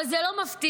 אבל זה לא מפתיע.